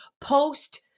post